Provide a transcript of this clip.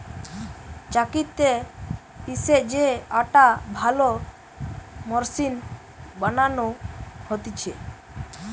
চাক্কিতে পিষে যে আটা ভালো মসৃণ বানানো হতিছে